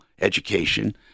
education